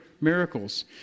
miracles